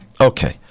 Okay